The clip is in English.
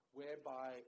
whereby